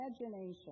imagination